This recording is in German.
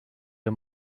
ihr